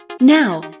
Now